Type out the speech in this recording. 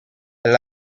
elle